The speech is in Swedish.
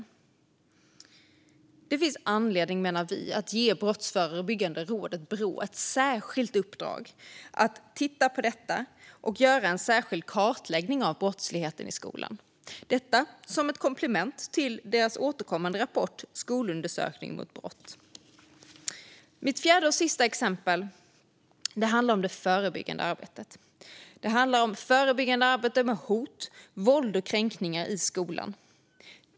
Vi menar att det finns anledning att ge Brottsförebyggande rådet, Brå, ett särskilt uppdrag att titta på detta och att göra en särskild kartläggning av brottsligheten i skolan - detta som ett komplement till deras återkommande rapport Skolundersökningen om brott . Mitt fjärde och sista exempel handlar om det förebyggande arbetet mot hot, våld och kränkningar i skolan.